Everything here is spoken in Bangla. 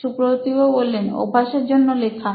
সুপ্রতিভ অভ্যাসের জন্য লেখা